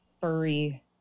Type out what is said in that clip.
furry